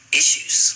issues